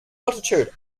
altitude